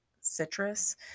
citrus